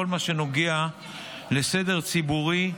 כל מה שנוגע לסדר ציבורי,